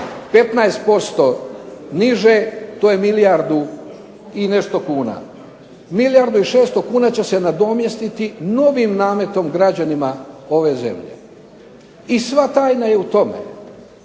15% niže to je milijardu i nešto kuna. Milijardu i 600 kuna će se nadomjestiti novim nametom građanima ove zemlje i sva tajna je u tome.